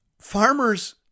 Farmers